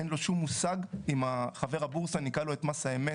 אין לו שום מושג אם חבר הבורסה ניכה לו את מס האמת,